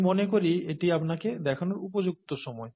আমি মনে করি এটি আপনাকে দেখানোর উপযুক্ত সময়